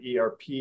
ERP